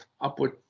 upward